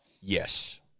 Yes